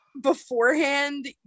beforehand